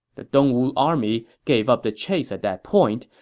the dongwu army gave up the chase at that point,